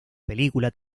película